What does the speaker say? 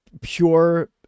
pure